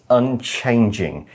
unchanging